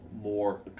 more